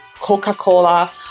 Coca-Cola